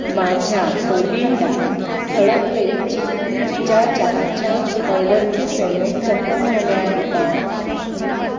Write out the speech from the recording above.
माझ्या ओलिंडा हळदवेलचीच्या चहाच्या ऑर्डरचे पेमेंट कन्फर्म झाले आहे का